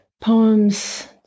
Poems